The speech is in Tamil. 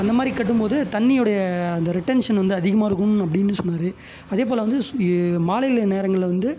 அந்த மாதிரி கட்டும் போது தண்ணியுடைய அந்த ரிட்டென்ஷன் வந்து அதிகமாக இருக்கணும் அப்படின் சொன்னார் அதே போல் வந்து மாலையில் நேரங்களில் வந்து